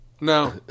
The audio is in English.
No